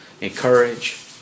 encourage